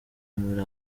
muri